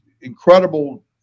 incredible